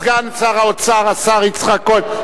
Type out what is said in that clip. סגן שר האוצר יצחק כהן.